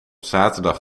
zaterdag